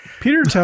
Peter